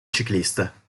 ciclista